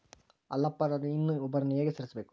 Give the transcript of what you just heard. ಅಲ್ಲಪ್ಪ ನಾನು ಇನ್ನೂ ಒಬ್ಬರನ್ನ ಹೇಗೆ ಸೇರಿಸಬೇಕು?